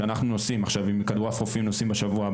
אנחנו נוסעים עם כדור עף לסלובניה,